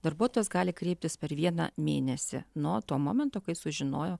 darbuotojas gali kreiptis per vieną mėnesį nuo to momento kai sužinojo